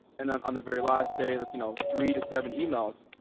and then on the very last day, let's, you know, three to seven emails.